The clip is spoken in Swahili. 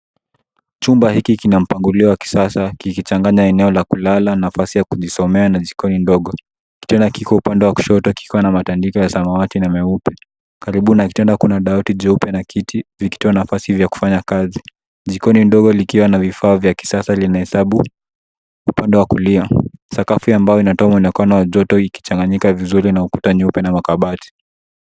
Chumba hiki kina mpangilio wa kisasa kikichanganya eneo la kulala nafasi ya kujisomea na jikoni ndogo. Kitanda kiko upande wa kushoto kikiwa na matandiko ya samawati na meupe. Karibu na kitanda kuna dawati jeupe na kiti vikitoa nafasi ya kufanya kazi. Jikoni ndogo likiwa na vifaa vya kisasa linahesabu upande wa kulia. Sakafu ya mbao inatoa mwonekano wa joto ikichanganyika vizuri na ukuta nyeupe na makabati.